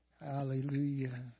Hallelujah